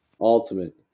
Ultimate